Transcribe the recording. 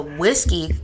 whiskey